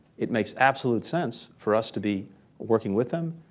it makes absolute sense for us to be working with them,